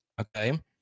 Okay